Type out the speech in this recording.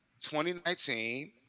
2019